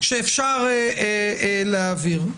שאפשר להעביר.